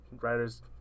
writers